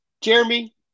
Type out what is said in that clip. Jeremy